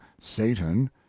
Satan